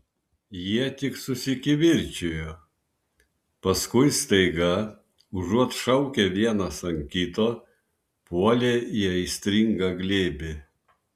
jie tik susikivirčijo paskui staiga užuot šaukę vienas ant kito puolė į aistringą glėbį